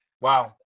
wow